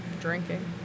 drinking